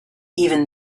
even